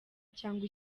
cyangwa